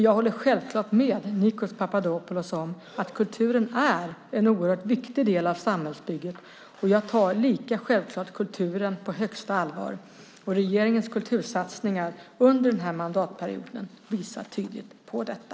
Jag håller självklart med Nikos Papadopoulos om att kulturen är en oerhört viktig del av samhällsbygget och jag tar lika självklart kulturen på högsta allvar. Regeringens kultursatsningar under den här mandatperioden visar tydligt på detta.